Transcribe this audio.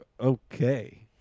okay